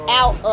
out